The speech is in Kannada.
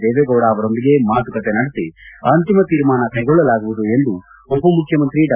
ದೇವೇಗೌಡರೊಂದಿಗೆ ಮಾತುಕತೆ ನಡೆಸಿ ಅಂತಿಮ ತೀರ್ಮಾನ ಕೈಗೊಳ್ಳಲಾಗುವುದು ಎಂದು ಉಪಮುಖ್ಯಮಂತ್ರಿ ಡಾ